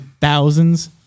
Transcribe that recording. thousands